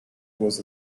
was